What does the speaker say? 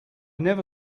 never